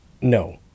no